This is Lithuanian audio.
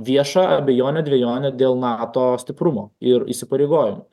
viešą abejonę dvejonę dėl nato stiprumo ir įsipareigojimų